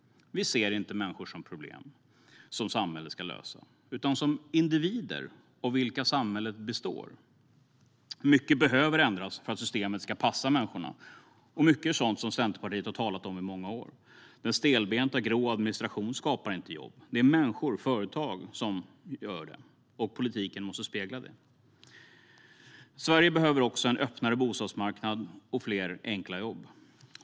Vi ser inte människor som problem som samhället ska lösa utan som individer av vilka samhället består. Mycket behöver ändras för att systemet ska passa människorna, och mycket är sådant som Centerpartiet har talat om i många år. Den stelbenta grå administrationen skapar inte jobb. Det är människor och företag som gör det. Politiken måste spegla det. Sverige behöver också en öppnare bostadsmarknad och fler enkla jobb.